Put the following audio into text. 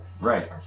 Right